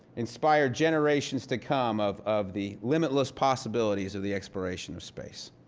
inspire generations to come of of the limitless possibilities of the exploration of space.